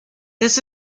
this